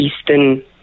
Eastern